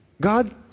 God